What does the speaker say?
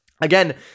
again